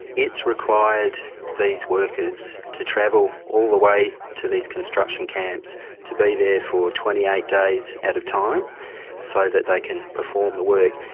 it's required these workers to travel all the way to these construction camps to be there for twenty eight days at a time so that they can perform the work.